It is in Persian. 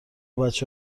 بچه